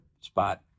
spot